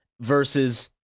Versus